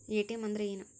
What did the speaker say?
ATM ಅಂದ್ರ ಏನು?